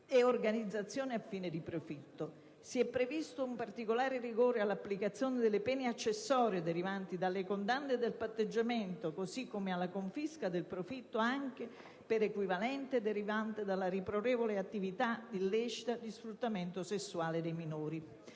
e organizzazione a fini di profitto. Si è previsto un particolare rigore nell'applicazione delle pene accessorie derivanti dalle condanne e dal patteggiamento, così come alla confisca del profitto anche per equivalente derivante dalla riprovevole attività illecita di sfruttamento sessuale di minori.